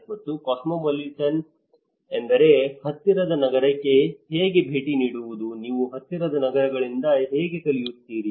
ಮತ್ತು ಕಾಸ್ಮೋಪಾಲಿಟನ ಎಂದರೆ ಹತ್ತಿರದ ನಗರಕ್ಕೆ ಹೇಗೆ ಭೇಟಿ ನೀಡುವುದು ನೀವು ಹತ್ತಿರದ ನಗರಗಳಿಂದ ಹೇಗೆ ಕಲಿಯುತ್ತೀರಿ